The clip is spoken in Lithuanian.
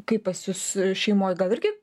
kaip pas jus šeimoj gal irgi